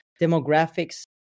demographics